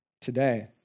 today